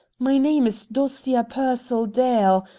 my name is dosia pearsall dale.